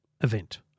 event